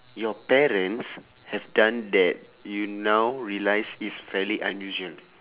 your parents have done that you now realise that is fairly unusual